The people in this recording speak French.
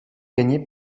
gagnée